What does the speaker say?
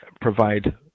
provide